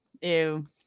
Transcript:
Ew